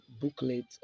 booklet